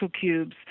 cubes